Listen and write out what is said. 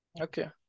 Okay